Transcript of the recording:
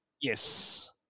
Yes